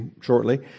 shortly